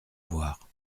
voir